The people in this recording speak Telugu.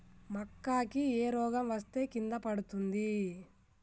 మక్కా కి ఏ రోగం వస్తే కింద పడుతుంది?